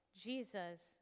Jesus